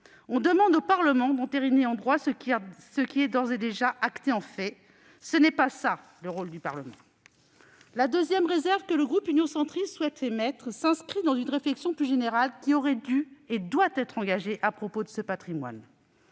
On demande au Parlement de consacrer en droit ce qui est d'ores et déjà acté en fait. Ce n'est pas cela le rôle du Parlement ! La deuxième réserve que le groupe Union Centriste souhaite émettre s'inscrit dans une réflexion plus générale, qui aurait dû et doit être engagée à propos de ce patrimoine.